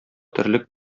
терлек